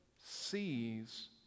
sees